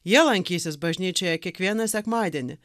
jie lankysis bažnyčioje kiekvieną sekmadienį